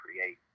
create